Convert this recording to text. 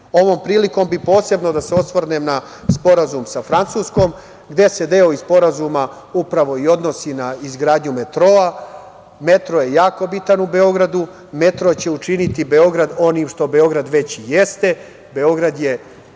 prilikom bih posebno da se osvrnem na sporazum sa Francuskom, gde se deo iz sporazuma upravo odnosi na izgradnju metroa. Metro je jako bitan u Beogradu, metro će učiniti Beograd onim što Beograd već jeste. Beograd je